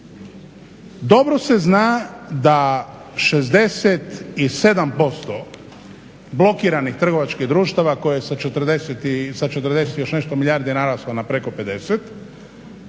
Dobro se zna da 67% blokiranih trgovačkih društava koje sa 40 i još nešto milijardi naraslo na preko 50